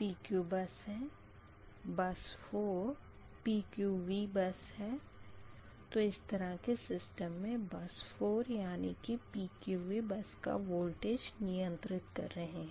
PQ bus है bus 4 PQV bus है तो इस तरह के सिस्टम में बस 4 यानी कि PQV बस का वोल्टेज नियंत्रित कर रहे हैं